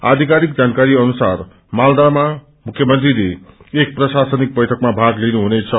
आषिकारिक जानकारी अनुसार मालदामा मुख्यमंत्रीले प्रशासनिक बैठकमा भाग लिनु हुनेछ